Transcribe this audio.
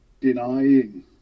denying